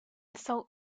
salt